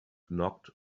knocked